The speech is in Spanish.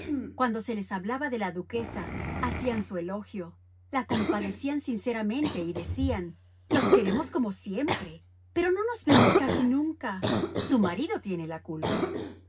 cuando se les hablaba de la duquesa hacían su elogio la compadecían sinceramente y decían nos queremos como siempre pero no nos vemos casi nunca su marido tiene la culpa